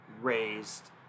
raised